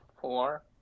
four